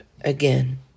again